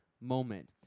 moment